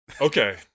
Okay